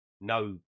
no